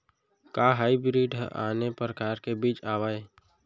का हाइब्रिड हा आने परकार के बीज आवय?